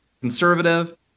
Conservative